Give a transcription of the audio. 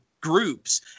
groups